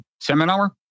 seminar